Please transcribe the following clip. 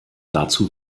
dazu